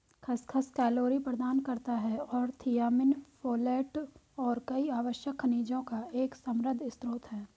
खसखस कैलोरी प्रदान करता है और थियामिन, फोलेट और कई आवश्यक खनिजों का एक समृद्ध स्रोत है